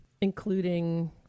including